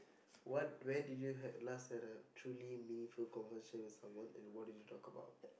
what where did you had last had a truly meaningful conversation with someone and what did you talk about